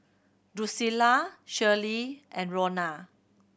Drusilla Shirley and Rona